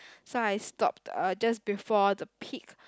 so I stopped uh just before the peak